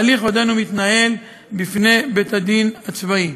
וההליך עודנו מתנהל בפני בית-הדין הצבאי.